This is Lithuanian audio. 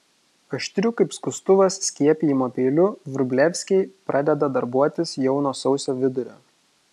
aštriu kaip skustuvas skiepijimo peiliu vrublevskiai pradeda darbuotis jau nuo sausio vidurio